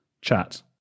chat